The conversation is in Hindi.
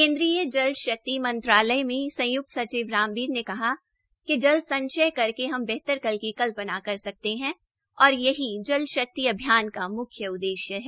केन्द्रीय जल शक्ति मंत्रालय में संय्क्त सचिव रामबीर ने कहा कि जल संचय करके हम बेहतर कल की कल्पना कर सकते हैं और यही जल शक्ति अभियान का म्ख्य उद्देश्य है